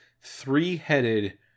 three-headed